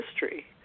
history